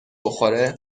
بخوره